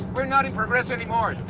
we're not in progreso anymore.